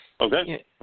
Okay